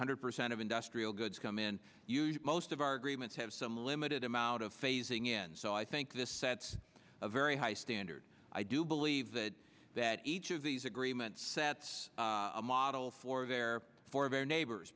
hundred percent of industrial goods come in most of our agreements have some limited amount of phasing in so i think this sets a very high standard i do believe that that each of these agreements sets a model for their for a very neighbors